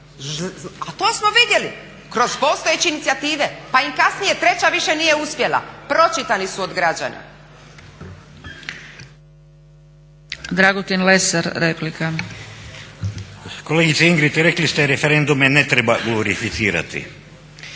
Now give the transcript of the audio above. a to smo vidjeli kroz postojeće inicijative. Pa im kasnije treća više nije uspjela, pročitani su od građana.